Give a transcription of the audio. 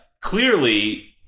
clearly